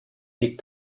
liegt